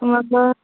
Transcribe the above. मग